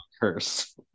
curse